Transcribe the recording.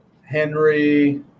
Henry